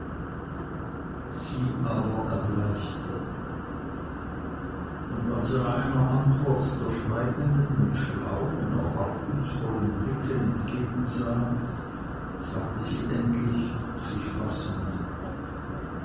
sie aber erbleichte und als er einer antwort der schweigenden mit schlauen erwartungsvollen blicken entgegensah sagte sie endlich sich fassend